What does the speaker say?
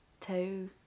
two